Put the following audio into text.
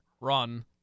run